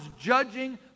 judging